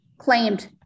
claimed